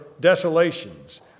desolations